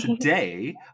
today